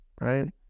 right